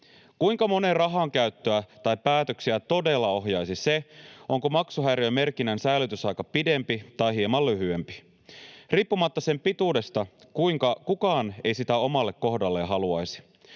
Kuinka monen rahankäyttöä tai päätöksiä todella ohjaisi se, onko maksuhäiriömerkinnän säilytysaika pidempi tai hieman lyhyempi? Riippumatta sen pituudesta kukaan ei sitä omalle kohdalleen haluaisi.